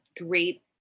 great